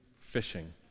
fishing